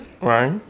right